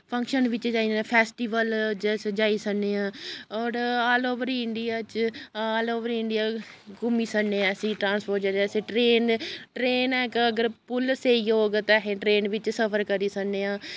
function बिच्च जाई सकने आं फैसटिबल च अस जाई सकने आं होर आल ओवर इंडिया च आल ओवर इंडिया घूमी सकने आं अस ट्रांस्पोर्ट जरियै अस ट्रेन ट्रेन ऐ अगर इक पुल स्हेई होग ते अस ट्रेन बिच्च सफर करी सकने आं